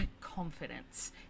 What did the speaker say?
confidence